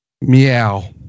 Meow